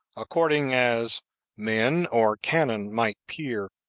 according as men or cannon might peer,